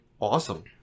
awesome